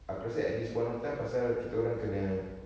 aku rasa at this point of time pasal kita orang kena